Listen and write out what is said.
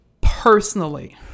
personally